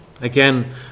Again